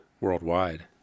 worldwide